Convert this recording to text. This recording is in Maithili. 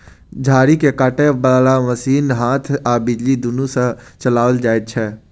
झाड़ी के काटय बाला मशीन हाथ आ बिजली दुनू सँ चलाओल जाइत छै